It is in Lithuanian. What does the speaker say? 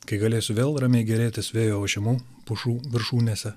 kai galėsiu vėl ramiai gėrėtis vėjo ošimu pušų viršūnėse